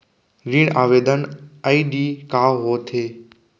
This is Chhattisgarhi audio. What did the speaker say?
ऋण आवेदन आई.डी का होत हे?